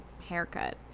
haircut